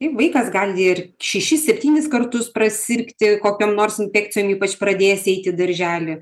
taip vaikas gali ir šešis septynis kartus prasirgti kokiom nors infekcijom ypač pradėjęs eit į darželį